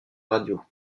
radio